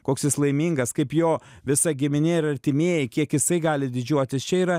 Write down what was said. koks jis laimingas kaip jo visa giminė ir artimieji kiek jisai gali didžiuotis čia yra